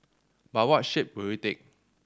but what shape will it take